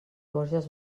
borges